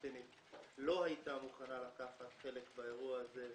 הפלסטינית לא הייתה מוכנה לקחת חלק באירוע הזה.